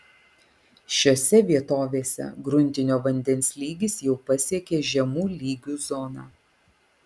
šiose vietovėse gruntinio vandens lygis jau pasiekė žemų lygių zoną